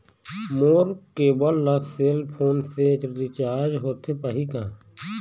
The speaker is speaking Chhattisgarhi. मोर केबल ला सेल फोन से रिचार्ज होथे पाही का?